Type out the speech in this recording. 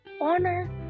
honor